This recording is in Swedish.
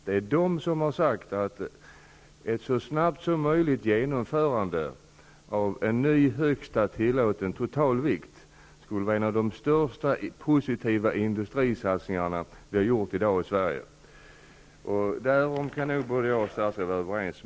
Det är vägverket som har sagt att ett genomförande så snabbt som möjligt av en ny högsta tillåten totalvikt skulle vara en av de största positiva industrisatsningar vi kan göra i Sverige i dag. Därom kan nog jag och statsrådet vara överens.